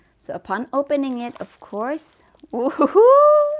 so upon opening it of course oh